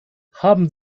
haben